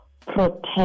Protect